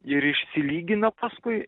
ir išsilygina paskui